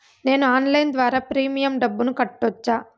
నేను ఆన్లైన్ ద్వారా ప్రీమియం డబ్బును కట్టొచ్చా?